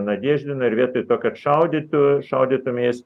nadeždinu ir vietoj to kad šaudytų šaudytumeis